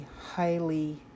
highly